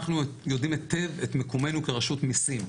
אנחנו יודעים היטב את מקומנו כרשות מיסים.